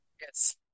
Yes